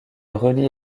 relie